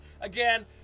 Again